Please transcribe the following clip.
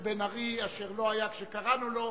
בן-ארי, אשר לא היה כשקראנו לו,